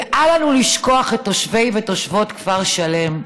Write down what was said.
ואל לנו לשכוח את תושבי ותושבות כפר שלם.